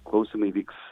klausymai vyks